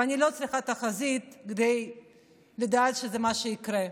ואני לא צריכה תחזית כדי לדעת שזה מה שיקרה.